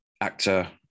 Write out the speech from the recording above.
actor